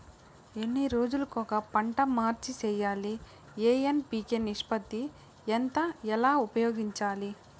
ఎన్ని రోజులు కొక పంట మార్చి సేయాలి ఎన్.పి.కె నిష్పత్తి ఎంత ఎలా ఉపయోగించాలి?